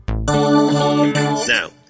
Now